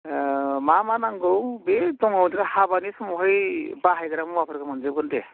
मा मा नांगौ बे दङ हाबानि समावहाय बाहायग्रा मुवाफोरखौ मोनजोबगोन दे